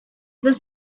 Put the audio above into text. was